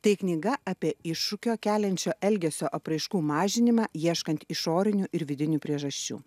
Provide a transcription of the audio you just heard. tai knyga apie iššūkio keliančio elgesio apraiškų mažinimą ieškant išorinių ir vidinių priežasčių